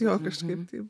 jo kažkaip tai